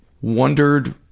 wondered